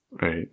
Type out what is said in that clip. Right